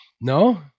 No